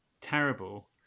terrible